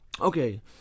Okay